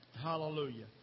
Hallelujah